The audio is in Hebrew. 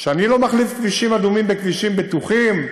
שאני לא מחליף כבישים אדומים בכבישים בטוחים,